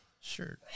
Sure